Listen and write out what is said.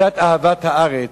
קצת אהבת הארץ,